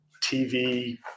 TV